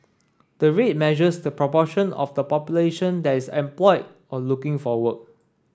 the rate measures the proportion of the population that is employed or looking for work